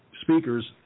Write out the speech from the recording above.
speakers